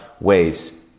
ways